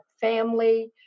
family